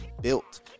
built